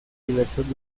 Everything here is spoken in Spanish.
diversos